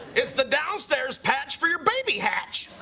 it's the downstairs patch for your baby hatch.